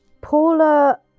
Paula